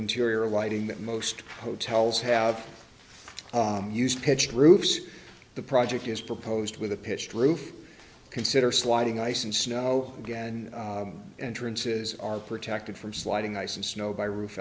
interior lighting that most hotels have used pitched roofs the project is proposed with a pitched roof consider sliding ice and snow again entrances are protected from sliding ice and snow by roof